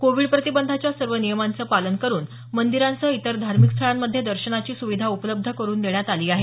Covid प्रतिबंधाच्या सर्व नियमांचं पालन करुन मंदीरांसह इतर धार्मिक स्थळांमध्ये दर्शनाची सुविधा उपलब्ध करुन देण्यात आली आहे